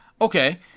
okay